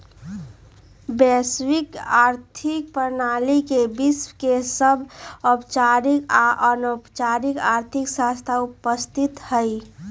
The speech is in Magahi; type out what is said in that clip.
वैश्विक आर्थिक प्रणाली में विश्व के सभ औपचारिक आऽ अनौपचारिक आर्थिक संस्थान उपस्थित हइ